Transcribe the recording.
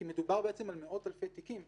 כי מדובר על מאות אלפי תיקים,